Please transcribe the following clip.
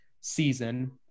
season